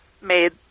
made